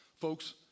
Folks